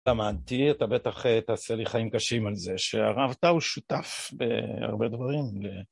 למדתי, אתה בטח תעשה לי חיים קשים על זה שהרב טאו הוא שותף בהרבה דברים